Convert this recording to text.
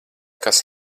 kas